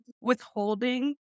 withholding